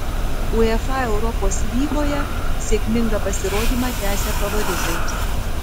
uefa europos lygoje sėkmingą pasirodymą tęsia favoritai